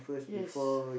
yes